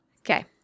Okay